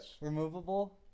Removable